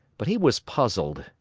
but he was puzzled,